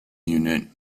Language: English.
unit